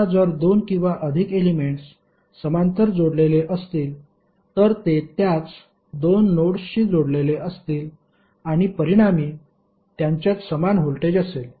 आता जर दोन किंवा अधिक एलेमेंट्स समांतर जोडलेले असतील तर ते त्याच दोन नोड्सशी जोडलेले असतील आणि परिणामी त्यांच्यात समान व्होल्टेज असेल